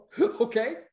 okay